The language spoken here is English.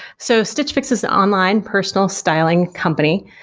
so stitch fix is an online personal styling company.